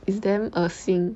it's damn 恶心